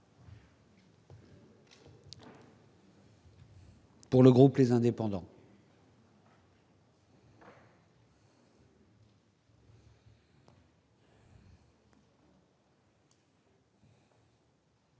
Pour le groupe, les indépendants.